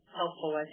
helpful